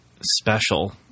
special